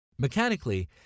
Mechanically